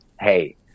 Hey